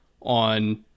on